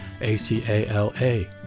A-C-A-L-A